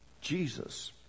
Jesus